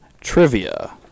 trivia